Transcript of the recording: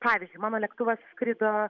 pavyzdžiui mano lėktuvas skrido